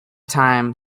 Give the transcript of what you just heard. time